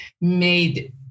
made